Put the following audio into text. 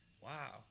Wow